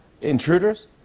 Intruders